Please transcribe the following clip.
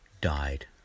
died